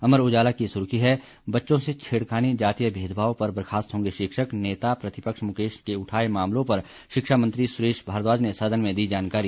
अमर उजाला की सुर्खी है बच्चों से छेड़खानी जातीय भेदभाव बर्खास्त होंगे शिक्षक नेता प्रतिपक्ष मुकेश के उठाए मामलों पर शिक्षा मंत्री सुरेश भारद्वाज ने सदन में दी जानकारी